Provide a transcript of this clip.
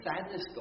sadness